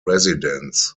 residents